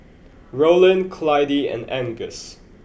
Rollin Clydie and Angus